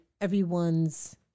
everyone's